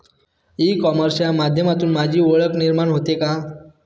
E कॉमर्सच्या माध्यमातून माझी ओळख निर्माण होते का?